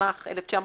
התשמ"ח 1988"